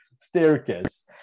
staircase